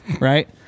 Right